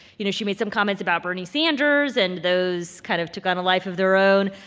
you know, she made some comments about bernie sanders and those kind of took on a life of their own.